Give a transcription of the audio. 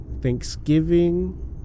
Thanksgiving